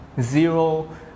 zero